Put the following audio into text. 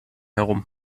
herum